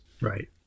Right